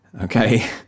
Okay